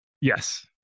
yes